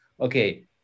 okay